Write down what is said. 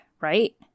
right